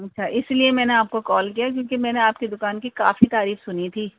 اچھا اس لیے میں نے آپ کو کال کیا کیونکہ میں نے آپ کی دکان کی کافی تعریف سنی تھی